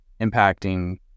impacting